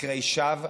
מקרי שווא.